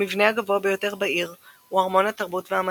המבנה הגבוה ביותר בעיר הוא ארמון התרבות והמדע,